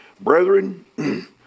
brethren